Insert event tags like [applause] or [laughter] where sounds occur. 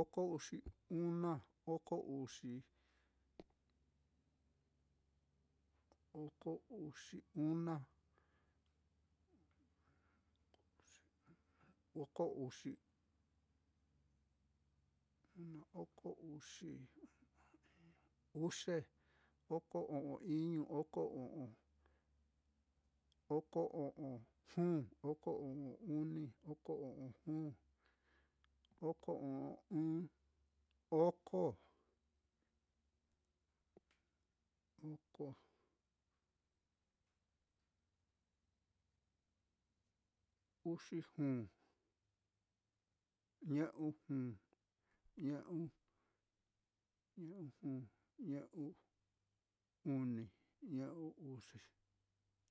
oko uxi una, oko uxi oko uxi una, oko uxi [hesitation] una, oko uxi uxe, oko o'on iñu, oko o'on [hesitation] oko o'on juu, oko o'on uni, oko o'on juu, oko o'on ɨ́ɨ́n, oko, [hesitation] oko [hesitation] uxi juu, ñe'u juu, ñe'u juu [hesitation] ñe'u uni, ñe'u uxi.